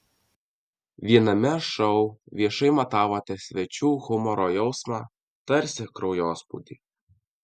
viename šou viešai matavote svečių humoro jausmą tarsi kraujospūdį